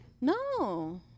No